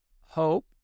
hope